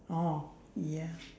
orh ya